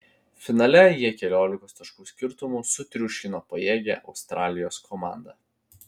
finale jie keliolikos taškų skirtumu sutriuškino pajėgią australijos komandą